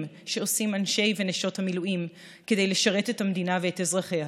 שעושים אנשי ונשות המילואים כדי לשרת את המדינה ואת אזרחיה.